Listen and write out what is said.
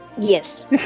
Yes